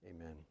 amen